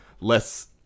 less